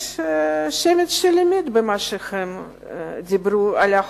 יש שמץ של אמת במה שהם דיברו על החוק.